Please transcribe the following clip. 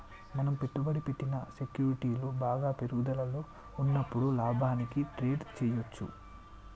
మనం పెట్టుబడి పెట్టిన సెక్యూరిటీలు బాగా పెరుగుదలలో ఉన్నప్పుడు లాభానికి ట్రేడ్ చేయ్యచ్చు